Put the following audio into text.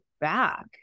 back